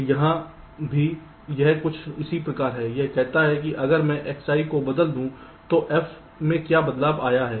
तो यहाँ भी यह कुछ इसी तरह है यह कहता है कि अगर मैं Xi को बदल दूं तो f में क्या बदलाव आया है